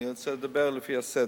אני רוצה לדבר לפי הסדר.